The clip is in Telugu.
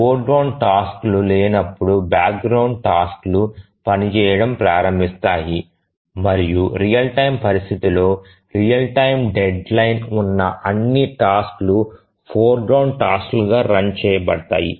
ఫోర్గ్రౌండ్ టాస్క్ లు లేనప్పుడు బ్యాక్గ్రౌండ్ టాస్క్ లు పని చేయడం ప్రారంభిస్తాయి మరియు రియల్ టైమ్ పరిస్థితిలో రియల్ టైమ్ డెడ్లైన్ ఉన్న అన్ని టాస్క్ లు ఫోర్గ్రౌండ్ టాస్క్లుగా రన్ చేయబడతాయి